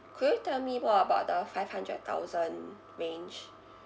could you tell me more about the five hundred thousand range